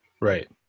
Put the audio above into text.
Right